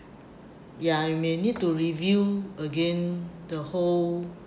ya you may need to review again the whole